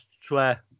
swear